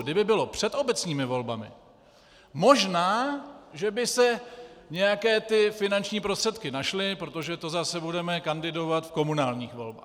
Kdyby bylo před obecními volbami, možná že by se nějaké finanční prostředky našly, protože to zase budeme kandidovat v komunálních volbách.